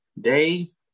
Dave